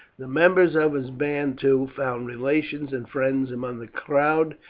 the members of his band, too, found relations and friends among the crowd,